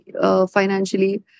financially